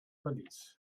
verlies